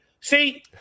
See